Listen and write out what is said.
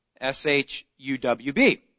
S-H-U-W-B